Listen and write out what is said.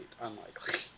unlikely